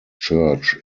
church